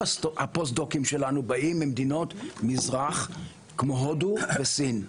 הפוסט-דוקטורנטים שלנו באים ממדינות המזרח כמו הודו וסין,